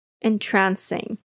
entrancing